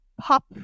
pop